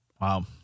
Wow